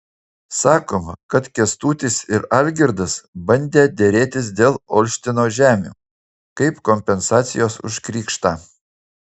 sakoma kad kęstutis ir algirdas bandę derėtis dėl olštino žemių kaip kompensacijos už krikštą